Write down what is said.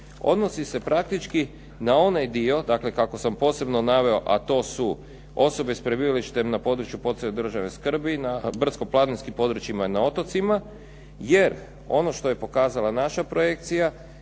odnosi se praktički na onaj dio, dakle kako sam posebno naveo, a to su osobe s prebivalištem na području posebne državne skrbi, na brdsko-planinskim područjima i na otocima jer ono što je pokazala naša projekcija